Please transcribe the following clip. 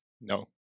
No